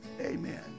Amen